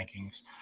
rankings